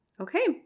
Okay